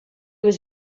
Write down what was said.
was